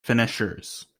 finishers